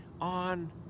on